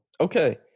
okay